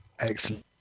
Excellent